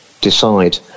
decide